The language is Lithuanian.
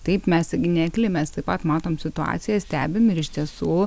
taip mes gi ne akli mes taip pat matom situaciją stebim ir iš tiesų